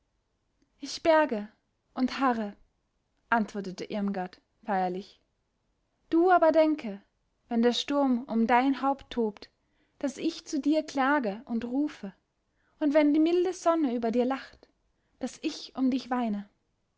ich berge und harre antwortete irmgard feierlich du aber denke wenn der sturm um dein haupt tobt daß ich zu dir klage und rufe und wenn die milde sonne über dir lacht daß ich um dich weine